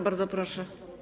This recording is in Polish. Bardzo proszę.